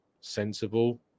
sensible